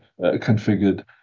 configured